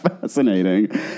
fascinating